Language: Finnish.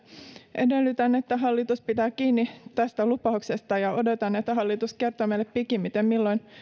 edellytän että hallitus pitää kiinni tästä lupauksestaan ja odotan että hallitus kertoo meille pikimmiten milloin